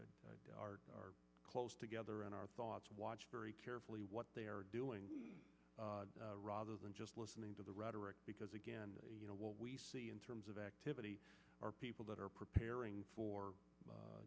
i are close together on our thoughts watch very carefully what they are doing rather than just listening to the rhetoric because again you know what we see in terms of activity are people that are preparing for